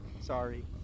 sorry